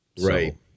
Right